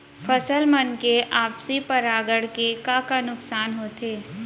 फसल मन के आपसी परागण से का का नुकसान होथे?